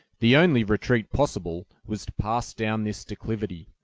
the only retreat possible was to pass down this declivity,